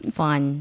fun